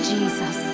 Jesus